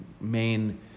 main